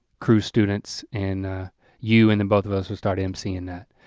crew students, and you and and both of us will start emceeing that.